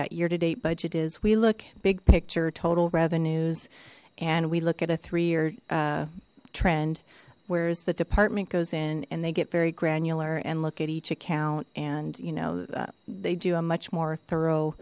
that year to date budget is we look big picture total revenues and we look at a three year trend where as the department goes in and they get very granular and look at each account and you know they do a much more thorough